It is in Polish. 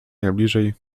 najbliżej